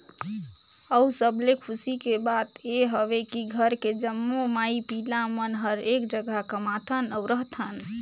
अउ सबले खुसी के बात ये हवे की घर के जम्मो माई पिला मन हर एक जघा कमाथन अउ रहथन